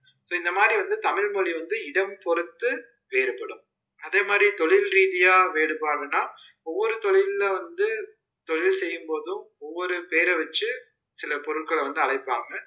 so இந்த மாதிரி வந்து தமிழ் மொழி வந்து இடம் பொருத்து வேறுபடும் அதே மாதிரி தொழில் ரீதியாக வேறுபாடுன்னால் ஒவ்வொரு தொழிலில் வந்து தொழில் செய்யும் போதும் ஒவ்வொரு பேரை வெச்சு சில பொருட்களை வந்து அழைப்பாங்க